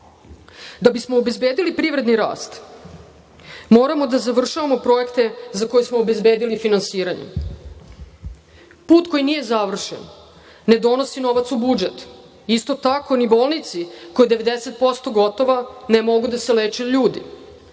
bismo obezbedili privredni rast moramo da završavamo projekte za koje smo obezbedili finansiranje. Put koji nije završen ne donosi novac u budžet. Isto tako, ni u bolnici koja je 90% gotova ne mogu da se leče ljudi.